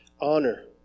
honor